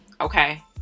okay